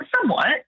Somewhat